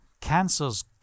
Cancers